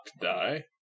die